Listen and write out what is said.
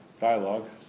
dialogue